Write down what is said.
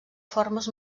formes